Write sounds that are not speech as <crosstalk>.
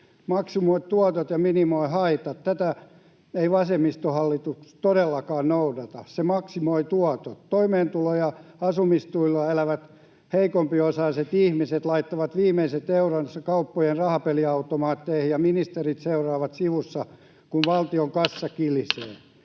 Maksimoi tuotot ja minimoi haitat — tätä ei vasemmistohallitus todellakaan noudata, se maksimoi tuotot. Toimeentulo- ja asumistuilla elävät, heikompiosaiset ihmiset laittavat viimeiset euronsa kauppojen rahapeliautomaatteihin ja ministerit seuraavat sivusta, <noise> kun valtion kassa kilisee.